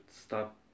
stop